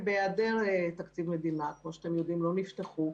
בהעדר תקציב מדינה, כמו שאתם יודעים, הם לא נפתחו.